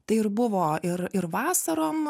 tai ir buvo ir ir vasarom